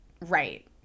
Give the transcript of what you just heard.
right